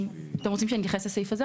אתם רוצים שאני אתייחס לסעיף הזה,